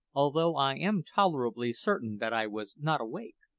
although i am tolerably certain that i was not awake.